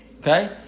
Okay